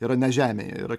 yra ne žemėje yra